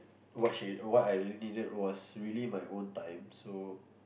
what she what I needed was really my own time so